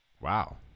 Wow